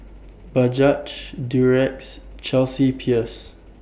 Bajaj Durex Chelsea Peers